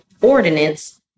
Ordinance